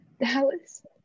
Dallas